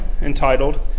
entitled